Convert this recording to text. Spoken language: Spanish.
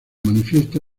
manifiesta